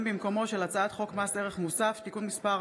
במקומו של הצעת חוק מס ערך מוסף (תיקון מס'